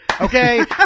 Okay